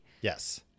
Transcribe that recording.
Yes